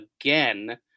again